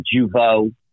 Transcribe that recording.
Juvo